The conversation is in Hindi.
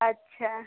अच्छा